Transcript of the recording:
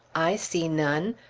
i see none.